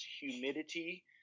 humidity